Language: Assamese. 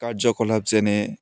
কাৰ্যকলাপ যেনে